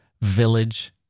village